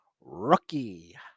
Rookie